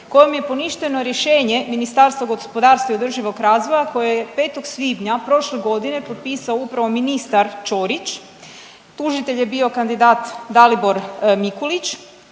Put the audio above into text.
kojom je poništeno rješenje Ministarstva gospodarstva i održivog razvoja koje je 5. svibnja prošle godine potpisao upravo ministar Ćorić. Tužitelj je bio kandidat Dalibor Mikulić